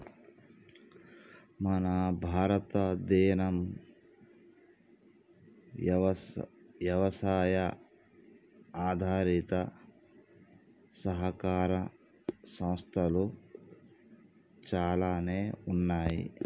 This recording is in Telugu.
మన భారతదేనం యవసాయ ఆధారిత సహకార సంస్థలు చాలానే ఉన్నయ్యి